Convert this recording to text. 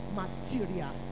material